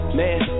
man